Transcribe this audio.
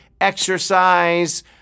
exercise